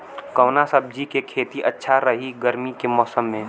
कवना सब्जी के खेती अच्छा रही गर्मी के मौसम में?